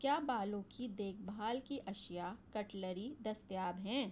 کیا بالوں کی دیکھ بھال کی اشیاء کٹلری دستیاب ہیں